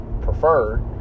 preferred